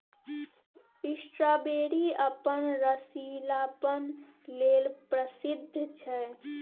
strawberry अपन रसीलापन लेल प्रसिद्ध छै